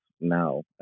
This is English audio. now